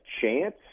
chance